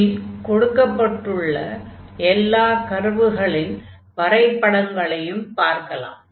இதில் கொடுக்கப்பட்டுள்ள எல்லா கர்வுகளின் வரைபடங்களையும் பார்க்கலாம்